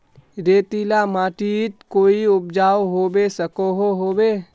रेतीला माटित कोई उपजाऊ होबे सकोहो होबे?